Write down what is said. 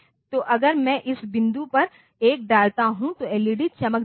तो अगर मैं इस बिंदु पर 1 डालता हूं तो एलईडी चमक जाएगी